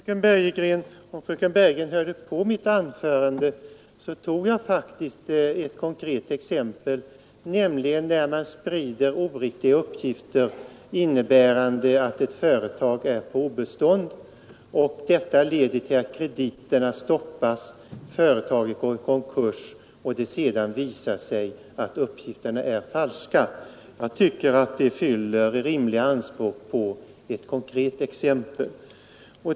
Herr talman! Om fröken Bergegren hade hört på mitt anförande, hade hon funnit att jag faktiskt tog upp ett konkret exempel, nämligen när man sprider oriktiga uppgifter innebärande att ett företag är på obestånd, något som kan leda till att krediterna stoppas och att företaget går i konkurs. Sedan kan det visa sig att uppgifterna är falska. Jag tycker att detta fyller ett rimligt anspråk på ett konkret exempel.